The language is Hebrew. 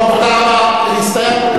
תודה רבה.